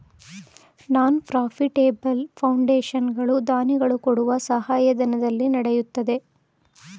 ನಾನ್ profitable foundation ಗಳು ದಾನಿಗಳು ಕೊಡುವ ಸಹಾಯಧನದಲ್ಲಿ ನಡೆಯುತ್ತದೆ